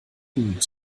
gemüt